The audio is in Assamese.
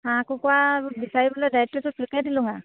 হাঁহ কুকুৰা বিচাৰিবলৈ দায়িত্বটো তোকেই দিলোঁ আৰু